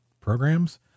programs